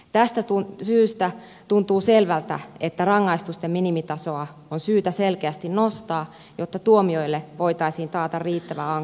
tästä syystä tuntuu selvältä että rangaistusten minimitasoa on syytä selkeästi nostaa jotta tuomioille voitaisiin taata riittävä ankaruus